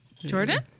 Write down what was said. Jordan